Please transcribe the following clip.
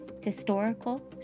historical